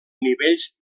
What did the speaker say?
nivells